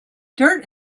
dirt